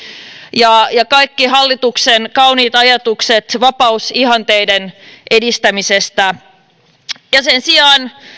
ja ja kaikki hallituksen kauniit ajatukset vapausihanteiden edistämisestä sen sijaan